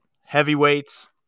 heavyweights